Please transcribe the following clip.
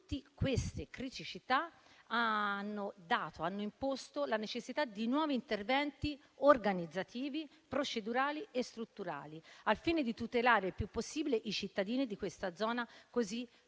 Tutte queste criticità hanno imposto la necessità di nuovi interventi organizzativi, procedurali e strutturali, al fine di tutelare il più possibile i cittadini di questa zona così popolosa.